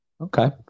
okay